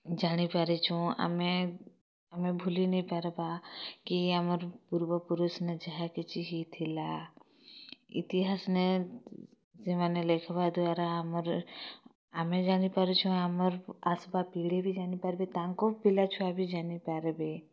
ଜାଣିପାରିଚୁଁ ଆମେ ଆମେ ଭୁଲି ନେଇଁ ପର୍ବା କି ଆମର୍ ପୂର୍ବ ପୁରୁଷ୍ନେ ଯାହା କିଛି ହେଇଥିଲା ଇତିହାସ୍ନେ ସେମାନେ ଲେଖ୍ବା ଦ୍ୱାରା ଆମର୍ ଆମେ ଜାନିପାରଚୁଁ ଆମର୍ ଆସ୍ବା ପିଢ଼ି ବି ଜାନି ପାର୍ବେ ତାଙ୍କର୍ ପିଲା ଛୁଆ ବି ଜାନି ପାର୍ବେ